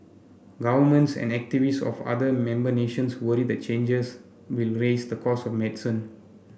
governments and activists of other member nations worry the changes will raise the costs of medicine